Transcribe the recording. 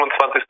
25